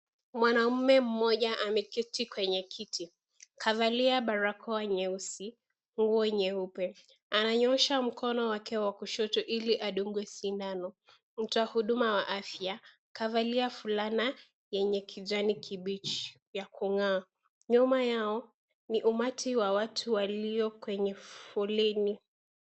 Mwanaume mmoja ameketi kwenye kiti. Kavalia barakoa nyeusi, nguo nyeupe. Ananyoosha mkono wake wa kushoto Ili adungwe sindano. Mtu wa huduma wa afya kavalia fulana yenye kijani kibichi ya kung'aa. Nyuma Yao ni umati wa watu walio kwenye foleni.